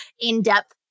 in-depth